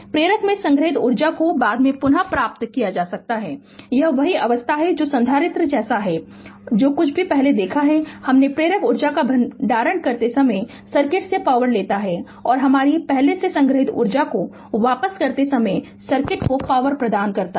प्रेरक में संग्रहीत ऊर्जा को बाद में पुनः प्राप्त किया जा सकता है यह वही अवस्था है जो संधारित्र जैसा है जो कुछ भी पहले देखा है हमने प्रेरक ऊर्जा का भंडारण करते समय सर्किट से पॉवर लेता है और हमारी पहले से संग्रहीत ऊर्जा को वापस करते समय सर्किट को पॉवर प्रदान करता है